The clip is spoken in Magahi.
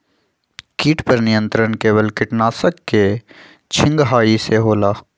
किट पर नियंत्रण केवल किटनाशक के छिंगहाई से होल?